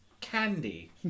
candy